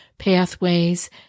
Pathways